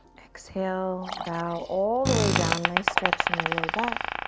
exhale, bow all the way down. nice stretch in the low back.